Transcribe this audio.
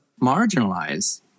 marginalize